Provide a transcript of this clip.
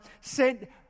sent